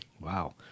Wow